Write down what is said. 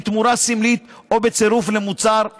בתמורה סמלית או בצירוף למוצר אחר,